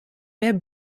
mehr